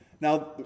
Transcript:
Now